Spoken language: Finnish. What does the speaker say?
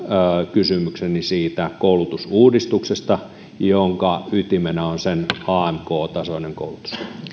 kysymykseni siitä koulutusuudistuksesta sen jonka ytimenä on amk tasoinen koulutus